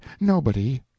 Nobody